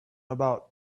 about